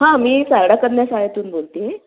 हां मी सारडा कन्या शाळेतून बोलते आहे